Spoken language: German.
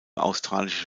australische